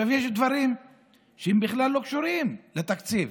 יש דברים שבכלל לא קשורים לתקציב